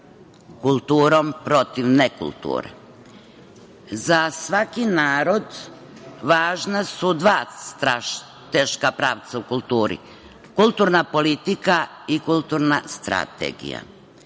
kulturom protiv nekulture.Za svaki narod važna su dva strateška pravca u kulturi – kulturna politika i kulturna strategija.